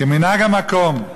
כמנהג המקום,